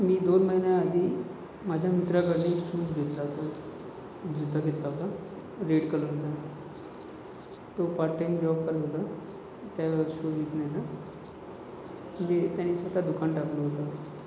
मी दोन महिन्याआधी माझ्या मित्राकडून एक शूज घेतला होता जूता घेतला होता रेड कलरचा तो पार्ट टाईम जॉब करत होता ना त्या वेळेस तो म्हणजे त्याने स्वतः दुकान टाकलं होतं